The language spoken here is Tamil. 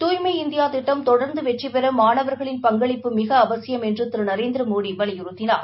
தூய்மை இந்தியா திட்டம் தொடர்ந்து வெற்றிபெற மாணவர்களின் பங்களிப்பு மிக அவசியம் என்று திரு நரேந்திரமோடி வலியுறுத்தினார்